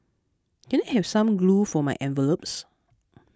can I have some glue for my envelopes